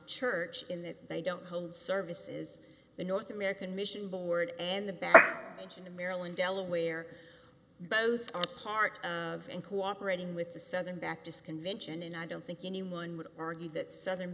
church in that they don't hold services the north american mission board and the back page in the maryland delaware both are part of and cooperating with the southern baptist convention and i don't think anyone would argue that southern